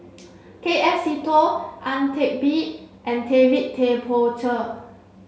K F Seetoh Ang Teck Bee and David Tay Poey Cher